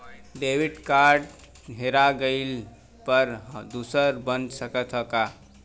Debit card हेरा जइले पर दूसर बन सकत ह का?